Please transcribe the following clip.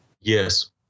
Yes